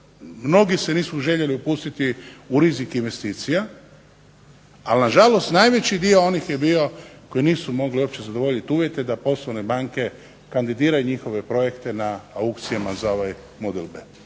mnogi se nisu željeli upustiti u rizik investicija, ali na žalost najveći dio onih je bio koji nisu mogli zadovoljiti uvjete da poslovne banke kandidiraju njihove projekte na aukcijama za ovaj Model B.